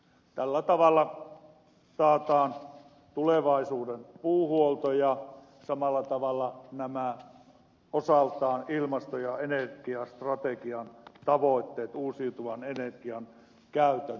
tällä tavalla taataan tulevaisuuden puuhuolto ja samalla voidaan saavuttaa osaltaan ilmasto ja energiastrategian tavoitteet uusiutuvan energian käytön lisäämiseksi